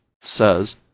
says